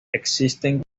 existen